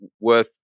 worth